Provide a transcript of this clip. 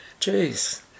Jeez